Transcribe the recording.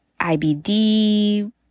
IBD